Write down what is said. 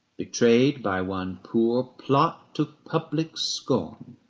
betrayed by one poor plot to public scorn,